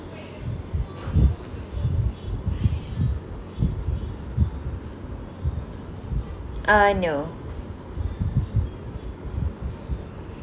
uh no